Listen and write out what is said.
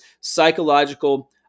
psychological